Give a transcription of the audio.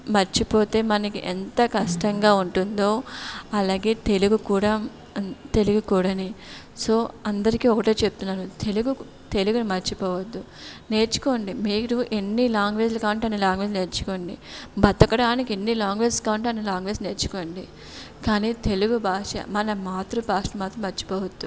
మర్చిపోతే మనకి ఎంత కష్టంగా ఉంటుందో అలాగే తెలుగు కూడా తెలుగు కూడని సో అందరికీ ఒకటే చెప్తున్నాను తెలుగు తెలుగుని మర్చిపోవద్దు నేర్చుకోండి మీరు ఎన్ని లాంగ్వేజ్లు కావాలంటే అన్ని లాంగ్వేజ్లు నేర్చుకోండి బతకడానికి ఎన్ని ల్యాంగ్వేజెస్ కావాలంటే అన్ని ల్యాంగ్వేజెస్ నేర్చుకోండి కానీ తెలుగు భాష మన మాతృభాష మాత్రం మర్చిపోవద్దు